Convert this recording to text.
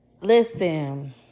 listen